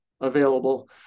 available